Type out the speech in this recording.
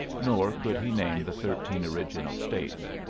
nor could he name the thirteen original states,